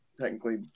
Technically